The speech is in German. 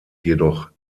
jedoch